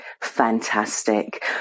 fantastic